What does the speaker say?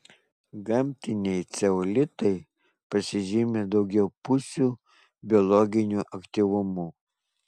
gamtiniai ceolitai pasižymi daugiapusiu biologiniu aktyvumu